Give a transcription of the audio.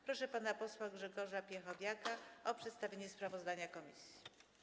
Proszę pana posła Grzegorza Piechowiaka o przedstawienie sprawozdania komisji.